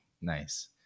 Nice